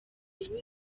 uba